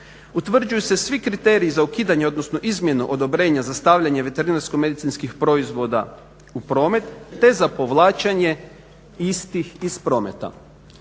Utvrđuju se svi kriteriji za ukidanje odnosno izmjenu odobrenja za stavljanje veterinarsko-medicinskih proizvoda u promet te za povlačenje istih iz prometa.